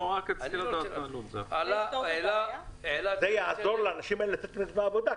זה יעזור אנשים האלה לצאת לעבודה.